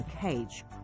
cage